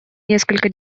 несколько